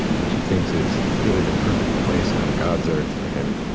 which he thinks is really the perfect place on god's earth for him,